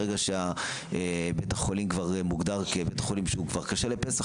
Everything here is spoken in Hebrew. ברגע שבית החולים כבר מוגדר כבית חולים שהוא כבר כשר לפסח,